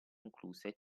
concluse